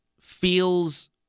feels